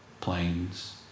planes